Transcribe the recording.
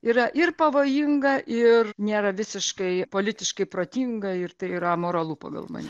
yra ir pavojinga ir nėra visiškai politiškai protinga ir tai yra amoralu pagal mane